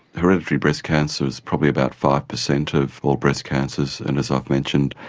hereditary breast cancer is probably about five percent of all breast cancers and, as i've mentioned,